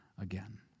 again